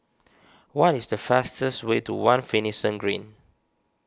what is the fastest way to one Finlayson Green